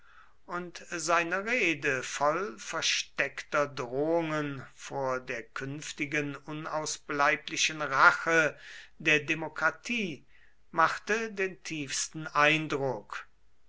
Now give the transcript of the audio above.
und seine rede voll versteckter drohungen vor der künftigen unausbleiblichen rache der demokratie machte den tiefsten eindruck